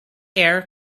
air